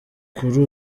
kuri